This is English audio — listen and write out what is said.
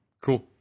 Cool